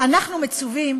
אנחנו מצווים